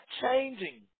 changing